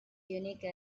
unique